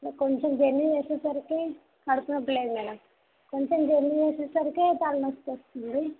కొంచెం జర్నీ చేసేసరికి కడుపు నొప్పి లేదు మేడం కొంచెం జర్నీ చేసేసరికి తలనొప్పి వస్తుంది